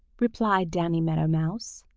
replied danny meadow mouse.